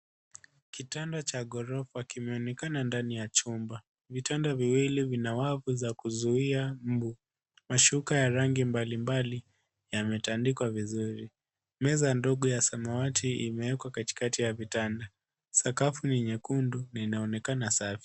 Kitanda cha ghorofa kimeonekana ndani ya chumba. Vitanda viwili vina wavu za kuzuia mbu. Mashuka ya rangi mbalimbali yamepangwa vizuri. Meza ndogo ya samawati imewekwa katikati ya vitanda. Sakafu ni nyekundu na inaonekana safi.